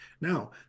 Now